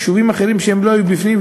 יישובים אחרים שלא היו בפנים,